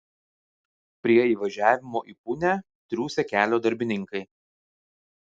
prie įvažiavimo į punią triūsė kelio darbininkai